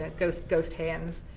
ghost ghost hands.